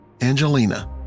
Angelina